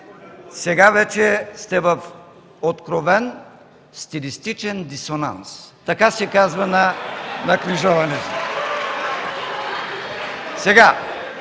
Сега вече сте в откровен стилистичен дисонанс – така се казва на книжовен език.